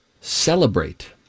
Celebrate